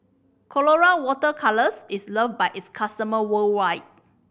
Colora Water Colours is loved by its customers worldwide